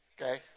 okay